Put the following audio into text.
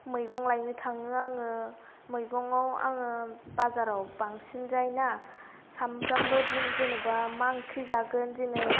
मैगं लायनो थाङो आङो मैगङाव आङो बाजाराव बांसिन जाय ना सानफ्रामबो दिन जेन'बा मा ओंख्रि जागोन दिनै